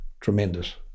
Tremendous